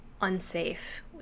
unsafe